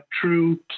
true